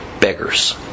beggars